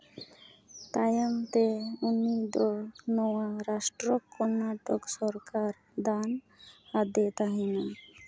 ᱛᱟᱭᱚᱢᱛᱮ ᱩᱱᱤ ᱫᱚ ᱱᱚᱣᱟ ᱨᱟᱥᱴᱨᱚ ᱠᱚᱨᱱᱟᱴᱚᱠ ᱥᱚᱨᱠᱟᱨ ᱫᱟᱱ ᱟᱫᱮ ᱛᱟᱦᱮᱱᱟ